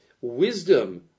Wisdom